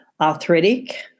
arthritic